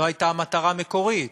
זו הייתה המטרה המקורית,